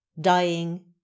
Dying